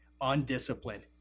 Undisciplined